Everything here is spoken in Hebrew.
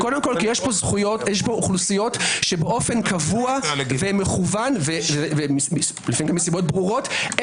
קודם כל כי יש פה אוכלוסיות באופן קבוע ומכוון ומסיבות ברורות,